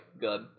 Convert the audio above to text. good